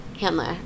Handler